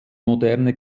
moderne